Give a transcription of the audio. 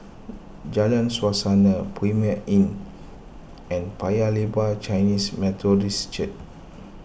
Jalan Suasa Premier Inn and Paya Lebar Chinese Methodist Church